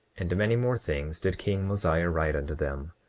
and many more things did king mosiah write unto them,